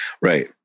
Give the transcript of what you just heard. Right